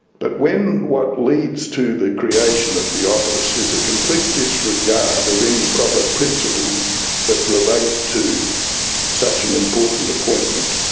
but when what leads to the creation of the office is a complete disregard of any proper principles that relate to such an important appointment,